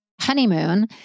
honeymoon